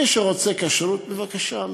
מי שרוצה כשרות, בבקשה.